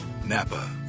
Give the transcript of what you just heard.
Napa